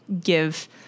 give